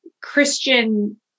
Christian